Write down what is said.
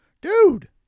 Dude